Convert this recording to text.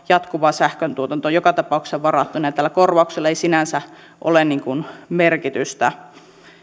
jatkuva sähköntuotanto joka tapauksessa varattuna ja tällä korvauksella ei sinänsä ole merkitystä